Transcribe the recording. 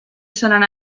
seran